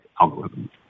algorithm